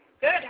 Good